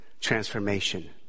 transformation